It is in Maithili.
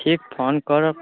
ठीक फोन करब